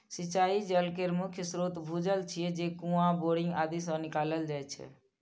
सिंचाइ जल केर मुख्य स्रोत भूजल छियै, जे कुआं, बोरिंग आदि सं निकालल जाइ छै